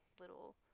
little